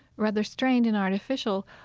rather strained and artificial.